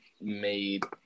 made